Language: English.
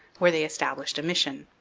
where they established a mission.